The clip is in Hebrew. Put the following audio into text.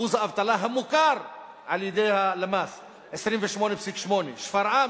ואחוז האבטלה המוכר על-ידי הלמ"ס הוא 28.8%. שפרעם,